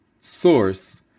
source